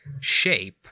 shape